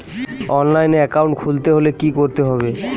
অনলাইনে একাউন্ট খুলতে হলে কি করতে হবে?